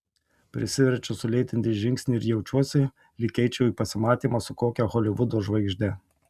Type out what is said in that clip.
prisiverčiu sulėtinti žingsnį ir jaučiuosi lyg eičiau į pasimatymą su kokia holivudo žvaigžde